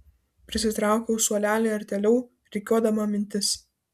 prisitraukiau suolelį artėliau rikiuodama mintis